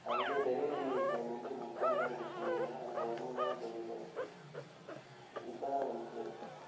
அது வந்து delivery time வந்து முக்கால் மணிநேரம் கொடுத்திருந்திங்க ஆனால் ஒரு மணி நேரம் டெலிவரி ஆச்சு இப்போ தான் வந்துச்சு